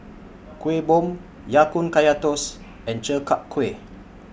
Kuih Bom Ya Kun Kaya Toast and Chi Kak Kuih